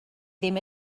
ddim